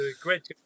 great